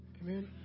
Amen